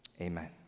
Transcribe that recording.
Amen